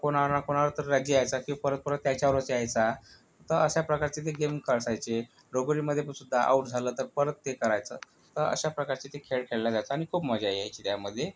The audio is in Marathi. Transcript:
कुणावर ना कुणावर तर राज्य यायचा की परत परत त्याच्यावरच यायचा अश्याप्रकारचे ते गेम असायचे लगोरीमध्ये प सुदा आऊट झाला तर परत ते करायचं तर अश्या प्रकारचे ते खेळ खेळला जायचा आणि खूप मजा यायची त्यामध्ये